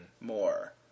more